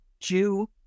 Jew